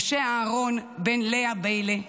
משה אהרון בן לאה ביילא,